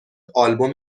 آلبوم